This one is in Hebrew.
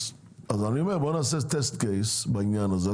אז אני אומר בואו נעשה בדיקה בעניין הזה.